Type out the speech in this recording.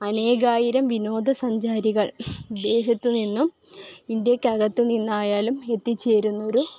അനേകായിരം വിനോദ സഞ്ചാരികൾ വിദേശത്ത് നിന്നും ഇന്ത്യയ്ക്കകത്ത് നിന്നായാലും എത്തിച്ചേരുന്നൊരു